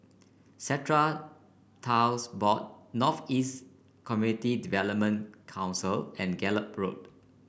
Strata Titles Board North East Community Development Council and Gallop Road